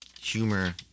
humor